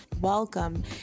Welcome